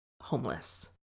homeless